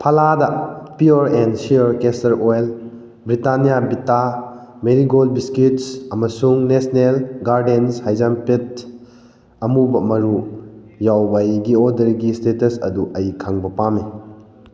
ꯐꯜꯂꯥꯗ pure and sure castor oil Britannia vita Marie Gold biscuits ꯑꯃꯁꯨꯡ national garden ꯍꯩꯖꯥꯝꯄꯦꯠ ꯑꯃꯨꯕ ꯃꯔꯨ ꯌꯥꯎꯕ ꯑꯩꯒꯤ ꯑꯣꯗ꯭꯭ꯔꯒꯤ ꯏꯁꯇꯦꯇ꯭ꯁ ꯑꯗꯨ ꯑꯩ ꯈꯪꯕ ꯄꯥꯝꯏ